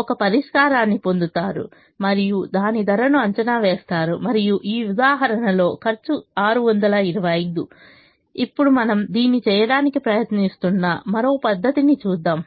ఒక పరిష్కారాన్ని పొందు తారు మరియు దాని ధరను అంచనా వేస్తారు మరియు ఈ ఉదాహరణ లో ఖర్చు 625 ఇప్పుడు మనం దీన్ని చేయడానికి ప్రయత్నిస్తున్న మరో పద్ధతి ని చూద్దాం